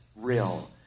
real